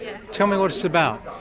and tell me what it's about.